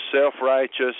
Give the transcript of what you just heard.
self-righteous